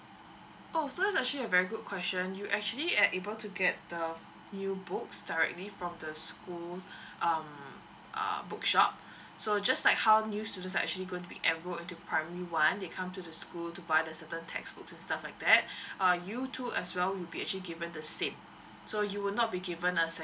oh so this is actually a very good question you actually are able to get the new books directly from the school's um err bookshop so just like how new students are actually going to be enrolled into primary one they come to the school to buy the certain text books and stuff like that uh you too as well would be actually given the same so you will not be given a second